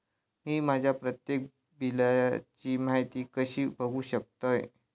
मी माझ्या प्रत्येक बिलची माहिती कशी बघू शकतय?